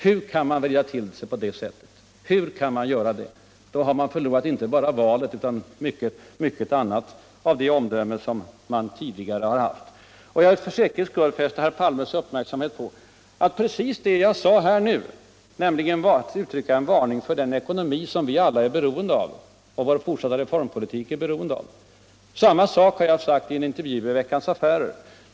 Hur kan man vända på saken på detta sätt? Då har man förlorat inte bara valet utan också mycket av det omdöme som man tidigare har haft. Jag vill för säkerhets skull fästa herr Palmes uppmärksamhet på att precis det som jag nyss framförde, alltså en varning för utsikterna för den eckonomi som vi alla och vår fortsatta reformpolitik är beroende av, har jag också framfört i en intervju i Veckans Affärer.